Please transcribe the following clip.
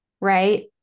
right